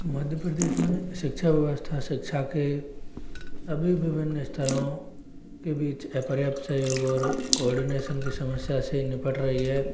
मध्य प्रदेश में शिक्षा व्यवस्था शिक्षा के सभी विभिन्न स्तरों के बीच अपर्याप्त सहयोग और कोआर्डिनेशन की समस्या से निपट रही है